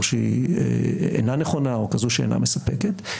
שהיא אינה נכונה או כזו שאינה מספקת,